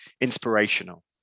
inspirational